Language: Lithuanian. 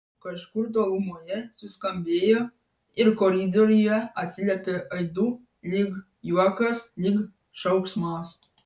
kažkur tolumoje suskambėjo ir koridoriuje atsiliepė aidu lyg juokas lyg šauksmas